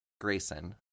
Grayson